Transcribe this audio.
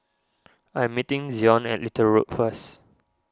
I am meeting Zion at Little Road first